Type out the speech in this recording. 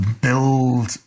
build